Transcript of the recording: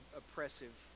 oppressive